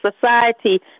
society